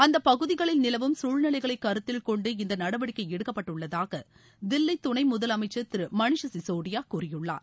அந்த பகுதிகளில் நிலவும் சூழ்நிலைகளை கருத்தில் கொண்டு இந்த நடவடிக்கை எடுக்கப்பட்டுள்ளதாக தில்லி துணை முதலமைச்சர் திரு மணீஷ் சிசோடியா கூறியுள்ளார்